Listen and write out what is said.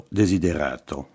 desiderato